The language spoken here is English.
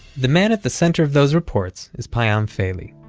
the man at the center of those reports is payam feili.